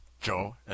Joe